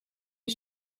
die